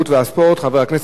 חבר הכנסת אלכס מילר.